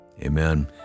Amen